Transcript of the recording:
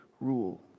rule